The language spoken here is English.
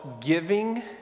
giving